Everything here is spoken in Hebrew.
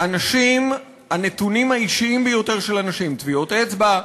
הנתונים האישיים ביותר של אנשים, טביעות אצבע,